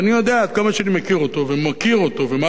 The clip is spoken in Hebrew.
עד כמה שאני מכיר אותו ומוקיר אותו ומעריך אותו,